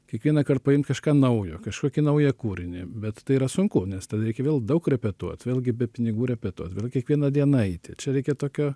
kiekvienąkart paimt kažką naujo kažkokį naują kūrinį bet tai yra sunku nes tada reikia vėl daug repetuot vėlgi be pinigų repetuot vėl kiekvieną dieną eiti čia reikia tokio